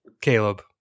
Caleb